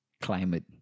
climate